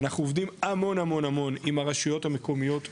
אנחנו עובדים המון המון המון עם הרשויות המקומיות בישראל,